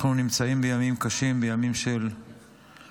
אנחנו נמצאים בימים קשים, בימים של מלחמה.